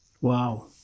Wow